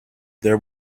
there